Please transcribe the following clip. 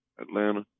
Atlanta